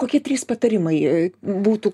kokie trys patarimai būtų